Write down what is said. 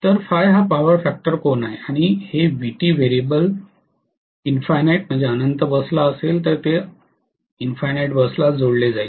तर हा power factor कोन आहे आणि हे Vt व्हेरिएबल इन्फिनिटी बस ला असेल तर ते इन्फिनिटी बस ला जोडले जाईल